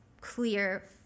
clear